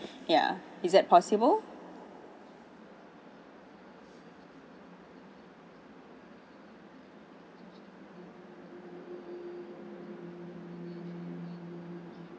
ya is that possible